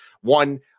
One